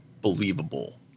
believable